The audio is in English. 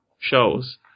shows